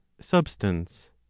substance